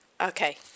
okay